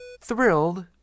thrilled